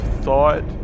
thought